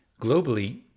Globally